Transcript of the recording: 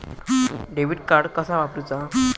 Debit card कसा वापरुचा?